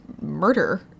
murder